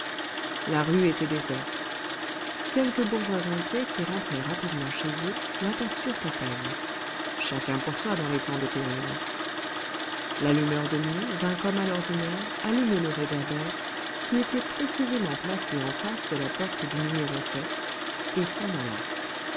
la rue était déserte quelques bourgeois inquiets qui rentraient rapidement chez eux l'aperçurent à peine chacun pour soi dans les temps de péril l'allumeur de nuit vint comme à l'ordinaire allumer le réverbère qui était précisément placé en face de la porte du no et s'en alla